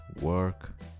work